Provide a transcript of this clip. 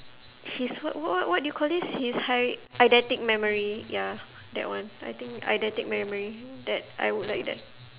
he's what what what what do you call this his ei~ eidetic memory ya that one I think eidetic memory that I would like that